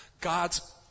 God's